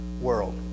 world